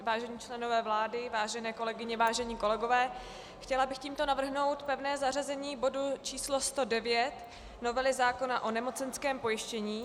Vážení členové vlády, vážené kolegyně, vážení kolegové, chtěla bych tímto navrhnout pevné zařazení bodu číslo 109, novely zákona o nemocenském pojištění.